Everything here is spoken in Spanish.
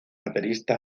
baterista